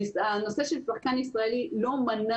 "שחקן ישראלי" זה מבחן